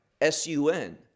S-U-N